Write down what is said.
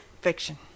fiction